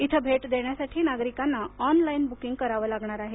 इथं भेट देण्यासाठी नागरिकांना ऑनलाईन बुकिंग करावं लागणार आहे